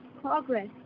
progress